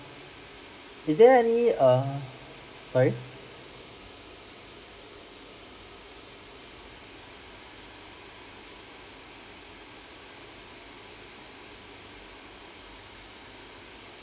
is there any err sorry